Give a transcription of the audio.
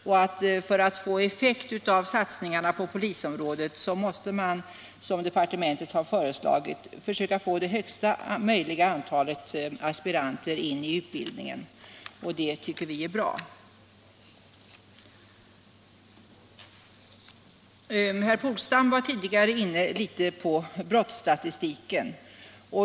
För att få god effekt av satsningarna på polisområdet måste man, såsom departementschefen har föreslagit, försöka få högsta möjliga antal aspiranter in i utbildningen, och det tycker vi är bra. Herr Polstam var tidigare inne på brottsstatistiken.